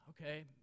okay